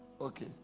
okay